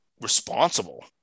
responsible